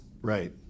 Right